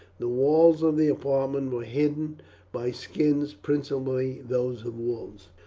the walls of the apartment were hidden by skins, principally those of wolves.